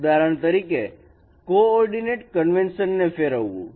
ઉદાહરણ તરીકે coordinate convention ને ફેરવવું